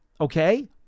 okay